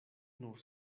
nur